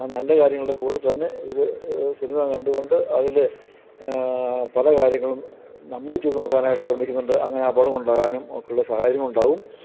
ആ നല്ല കാര്യങ്ങളുടെ കൂടെ തന്നെ ഇവർ സിനിമ കണ്ടുകൊണ്ട് അതിൽ പല കാര്യങ്ങളും നമ്മൾ ചെയ്തു നോക്കാനായിട്ട് ശ്രമിക്കുന്നുണ്ട് അങ്ങനെ അപകടം ഉണ്ടാകാനും ഒക്കെയുള്ള സാഹചര്യങ്ങൾ ഉണ്ടാവും